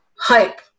Hype